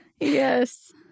yes